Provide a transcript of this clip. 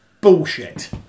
bullshit